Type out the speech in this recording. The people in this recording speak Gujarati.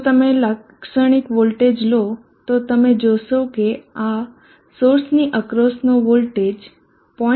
જો તમે લાક્ષણિક વોલ્ટેજ લો તો તમે જોશો કે આ સોર્સની અક્રોસનો વોલ્ટેજ 0